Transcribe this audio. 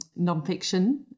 nonfiction